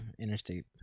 interstate